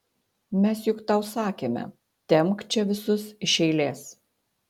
mes juk tau sakėme tempk čia visus iš eilės